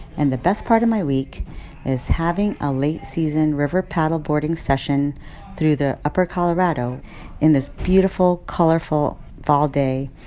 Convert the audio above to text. and the best part of my week is having a late-season river paddleboarding session through the upper colorado in this beautiful, colorful fall day,